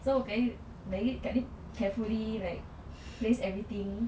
so okay you need to carefully place everything